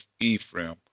Ephraim